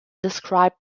described